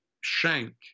Shank